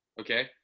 okay